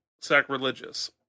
sacrilegious